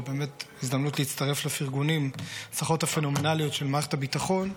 ובאמת זו הזדמנות להצטרף לפרגונים להצלחות הפנומנליות של מערכת הביטחון,